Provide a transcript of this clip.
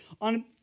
on